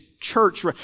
church